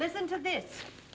listen to this